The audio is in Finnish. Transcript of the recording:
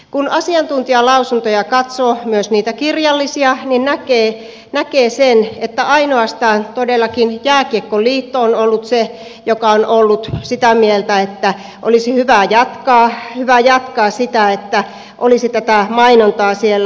kun asiantuntijalausuntoja katsoo myös niitä kirjallisia niin näkee sen että ainoastaan todellakin jääkiekkoliitto on ollut se joka on ollut sitä mieltä että olisi hyvä jatkaa sitä että olisi tätä mainontaa siellä